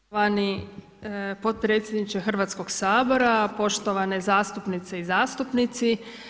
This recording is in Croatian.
Poštovani potpredsjedniče Hrvatskog sabora, poštovane zastupnice i zastupnici.